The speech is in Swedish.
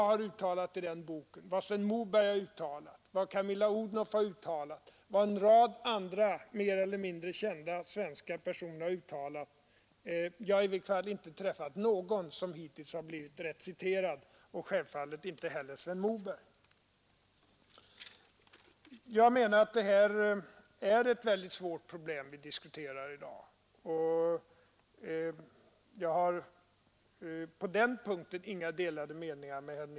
Beträffande det som jag, Sven Moberg, Camilla Odhnoff och en rad andra mer eller mindre kända svenska personer har uttalat enligt den här boken kan jag bara säga att ingen som jag träffat har blivit rätt citerad självfallet inte heller Sven Moberg. Det är ett mycket svårt problem som vi diskuterar i dag — herr Nilsson i Agnäs och jag har på den punkten inga delade meningar.